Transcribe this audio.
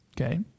Okay